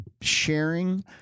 sharing